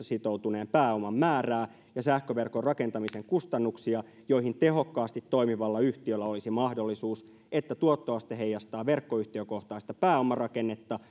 sitoutuneen pääoman määrää ja sähköverkon rakentamisen kustannuksia joihin tehokkaasti toimivalla yhtiöllä olisi mahdollisuus että tuottoaste heijastaa verkkoyhtiökohtaista pääomarakennetta